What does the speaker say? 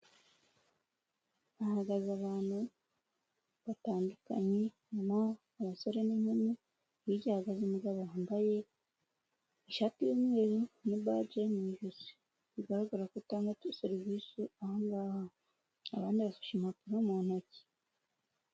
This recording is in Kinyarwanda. Hahagaze abantu batandukanye, harimo abasore n'inkumi, hirya hahagaze umugabo wambaye ishati y'umweru n'ibaje mu ijosi. Bigaragara ko atanga serivisi aha ngaha. Abana bafashe impapuro mu ntoki.